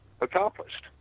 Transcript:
accomplished